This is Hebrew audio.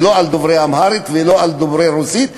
ולא על דוברי אמהרית ולא על דוברי רוסית,